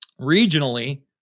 regionally